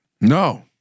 No